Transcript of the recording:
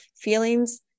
Feelings